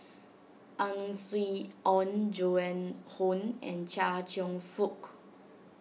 Ang Swee Aun Joan Hon and Chia Cheong Fook